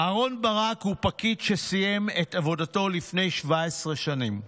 אהרן ברק הוא פקיד שסיים את עבודתו לפני 17 שנים.